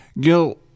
Gil